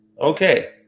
Okay